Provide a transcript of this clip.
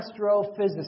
astrophysicist